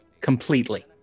completely